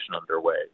underway